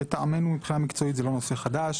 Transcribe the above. לטעמנו, מבחינה מקצועית, זה לא נושא חדש.